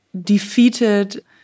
defeated